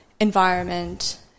environment